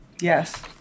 Yes